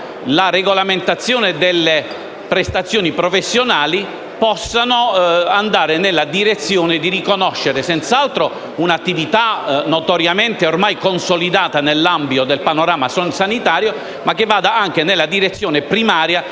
la regolamentazione delle prestazioni professionali possano andare nella direzione di riconoscere senz'altro un'attività notoriamente ormai consolidata nell'ambito del panorama sanitario, ma anche nella direzione primaria